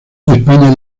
españa